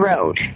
Road